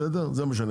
בסדר?